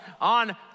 on